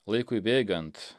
laikui bėgant